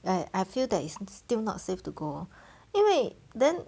I I feel that it's still not safe to go 因为 then